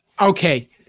Okay